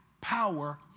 power